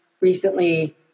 recently